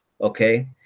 Okay